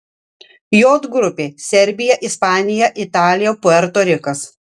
j grupė serbija ispanija italija puerto rikas